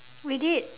we did